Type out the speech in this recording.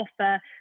offer